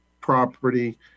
property